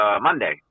Monday